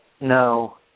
No